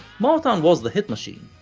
motown was the hit machine,